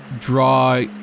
draw